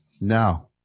No